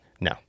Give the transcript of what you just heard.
No